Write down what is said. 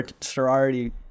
sorority